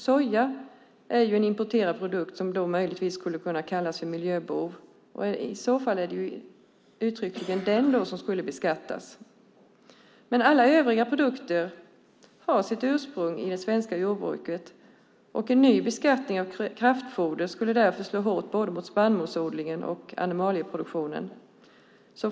Soja är en importerad produkt som möjligtvis skulle kunna kallas för miljöbov. I så fall är det uttryckligen sojan som skulle beskattas. Men alla övriga produkter har sitt ursprung i det svenska jordbruket, och en ny beskattning av kraftfoder skulle därför slå hårt både mot spannmålsodlingen och mot animalieproduktionen.